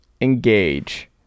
Engage